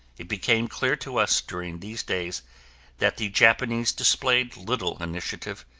it became clear to us during these days that the japanese displayed little initiative,